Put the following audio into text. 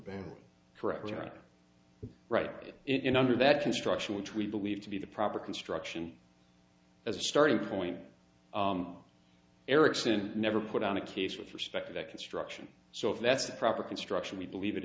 director right in under that construction which we believe to be the proper construction as a starting point erickson never put on a case with respect to that construction so if that's the proper construction we believe it